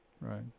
Right